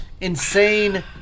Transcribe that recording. insane